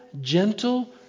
gentle